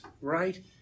Right